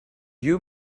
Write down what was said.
you